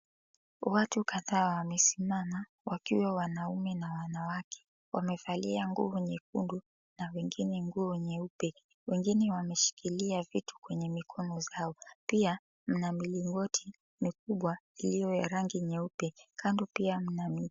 Watu kadhaa wamesimama wakiwa wanaume na wanawake. Wamevalia nguo nyekundu na wengine nguo nyeupe. Wengine wameshikilia vitu kwenye mikono zao. Pia mna mlingoti mikubwa iliyo ya rangi nyeupe. Kando pia mna...